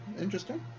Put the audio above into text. Interesting